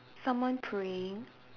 someone praying